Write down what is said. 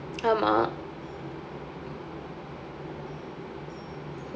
ஆமா:aamaa